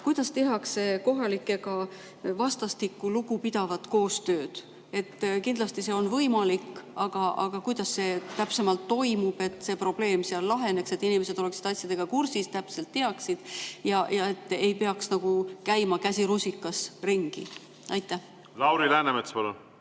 Kuidas tehakse kohalikega vastastikku lugupidavat koostööd? Kindlasti on see võimalik, aga kuidas see täpsemalt toimub, et see probleem laheneks, et inimesed oleksid asjadega kursis, täpselt teaksid ega peaks käima, käsi rusikas, ringi? Lauri Läänemets, palun!